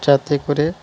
যাতে করে